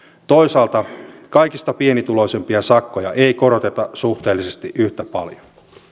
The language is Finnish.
toisaalta kaikista pienituloisimpien sakkoja ei koroteta suhteellisesti yhtä paljon